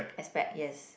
expect yes